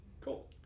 Cool